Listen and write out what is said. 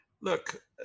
look